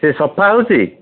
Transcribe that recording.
ସିଏ ସଫା ହେଉଛି